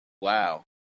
Wow